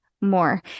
more